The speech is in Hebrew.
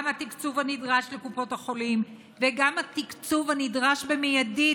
גם התקצוב הנדרש לקופות החולים וגם התקצוב הנדרש במיידית